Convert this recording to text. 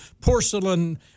porcelain